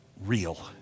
real